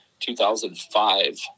2005